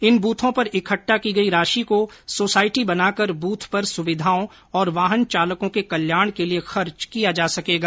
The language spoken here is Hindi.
इन बूथों पर इकट्ठा की गई राशि को सोसायटी बनाकर बूथ पर सुविधाओं और वाहन चालकों के कल्याण के लिए खर्च किया जा सकेगा